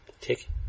take